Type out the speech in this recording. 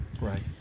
right